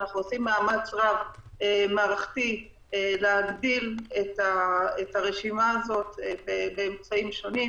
אנחנו עושים מאמץ מערכתי רב להגדיל את הרשימה הזאת באמצעים שונים